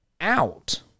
out